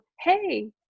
hey